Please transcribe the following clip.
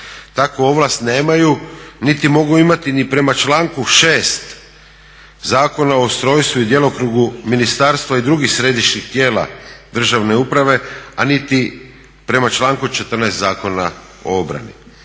Takvu ovlast nemaju niti mogu imati ni prema članku 6. Zakona o ustrojstvu i djelokrugu ministarstva i drugih središnjih tijela državne uprave, a niti prema članku 14. Zakona o obrani.